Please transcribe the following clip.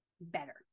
better